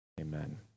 Amen